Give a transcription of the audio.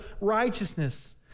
righteousness